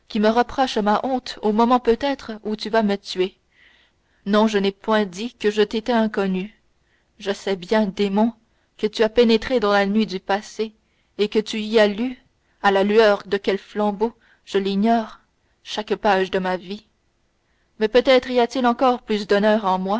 me reproches ma honte au moment peut-être où tu vas me tuer non je n'ai point dit que je t'étais inconnu je sais bien démon que tu as pénétré dans la nuit du passé et que tu y as lu à la lueur de quel flambeau je l'ignorais chaque page de ma vie mais peut-être y a-t-il encore plus d'honneur